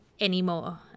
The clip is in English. anymore